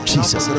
Jesus